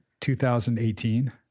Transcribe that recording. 2018